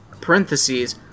parentheses